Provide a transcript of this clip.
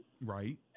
Right